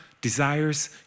desires